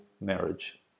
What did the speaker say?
marriage